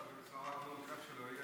אחר כך נעבור